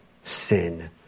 sin